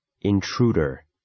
Intruder